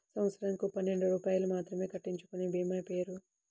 సంవత్సరంకు పన్నెండు రూపాయలు మాత్రమే కట్టించుకొనే భీమా పేరు?